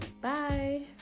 bye